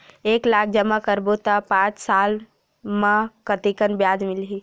एक लाख जमा करबो त पांच साल म कतेकन ब्याज मिलही?